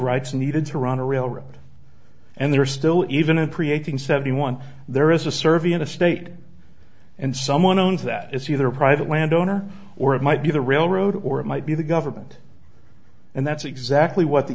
rights needed to run a railroad and there are still a even appreciating seventy one there is a survey in a state and someone owns that it's either a private landowner or it might be the railroad or it might be the government and that's exactly what the